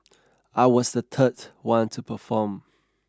I was the third one to perform